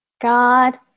God